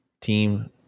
Team